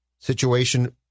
situation